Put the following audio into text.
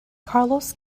carlos